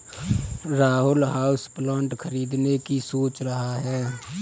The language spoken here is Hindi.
राहुल हाउसप्लांट खरीदने की सोच रहा है